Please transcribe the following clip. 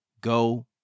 Go